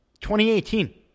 2018